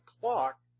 clock